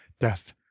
death